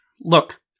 Look